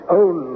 own